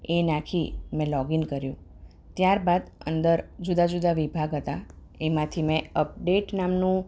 એ નાખી મેં લૉગિન કર્યું ત્યારબાદ અંદર જુદા જુદા વિભાગ હતા એમાંથી મેં અપડેટ નામનું